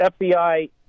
FBI